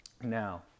Now